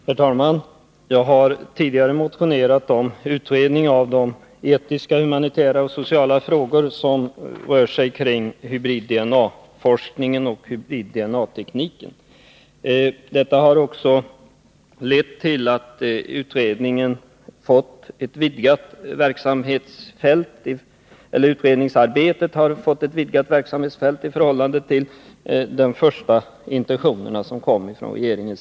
Herr talman! Jag har tidigare motionerat om utredning av de etiska, humanitära och sociala frågor som rör hybrid-DNA-forskningen och tekniken. Detta har också lett till att utredningsarbetet har fått ett vidgat verksamhetsfält i förhållande till regeringens första intentioner.